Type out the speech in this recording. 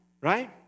Right